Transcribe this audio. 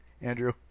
Andrew